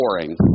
boring